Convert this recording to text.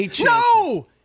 No